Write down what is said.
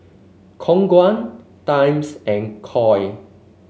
Khong Guan Times and Koi